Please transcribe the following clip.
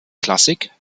klassik